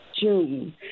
June